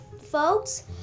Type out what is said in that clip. Folks